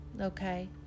okay